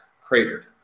cratered